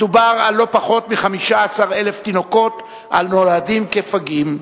מדובר על לא פחות מ-15,000 תינוקות הנולדים כפגים.